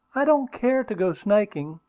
i don't care to go snaking.